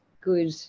good